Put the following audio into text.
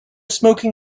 smoking